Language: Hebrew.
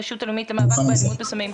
הרשות הלאומית למאבק באלכוהול ובסמים.